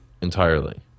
entirely